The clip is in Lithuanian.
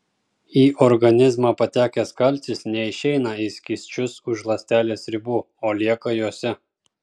į organizmą patekęs kalcis neišeina į skysčius už ląstelės ribų o lieka jose